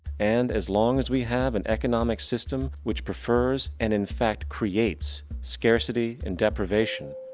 and, as long as we have an economic system, which preferes and infact creates scarcity and deprivation,